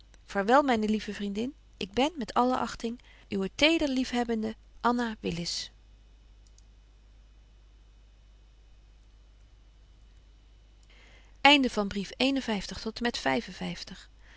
vaarwel myne lieve vriendin ik ben met alle achting uwe teder liefhebbende